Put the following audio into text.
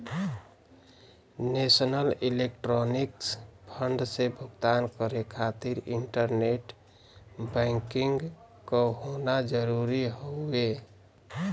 national electronics fund से भुगतान करे खातिर इंटरनेट बैंकिंग क होना जरुरी हउवे